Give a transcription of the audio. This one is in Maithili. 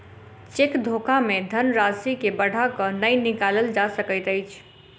चेक धोखा मे धन राशि के बढ़ा क नै निकालल जा सकैत अछि